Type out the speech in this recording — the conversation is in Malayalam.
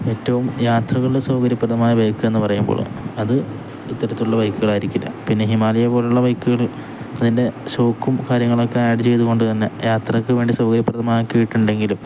ഏറ്റവും യാത്രകളുടെ സൗകര്യപ്രദമായ ബൈക്ക് എന്ന് പറയുമ്പോൾ അത് ഇത്തരത്തിലുള്ള ബൈക്കുകളായിരിക്കില്ല പിന്നെ ഹിമാലയ പോലുള്ള ബൈക്കുകൾ അതിൻ്റെ സോക്കും കാര്യങ്ങളൊക്കെ ആഡ് ചെയ്തുകൊണ്ട് തന്നെ യാത്രക്ക് വേണ്ടി സൗകര്യപ്രദമായക്കെിയിട്ടുണ്ടെങ്കിലും